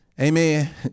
Amen